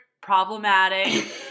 problematic